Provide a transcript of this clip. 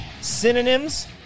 synonyms